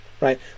right